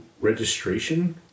registration